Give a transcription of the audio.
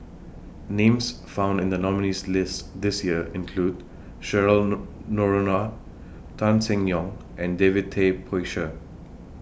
Names found in The nominees' list This Year include Cheryl Nor Noronha Tan Seng Yong and David Tay Poey Cher